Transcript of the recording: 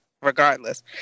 Regardless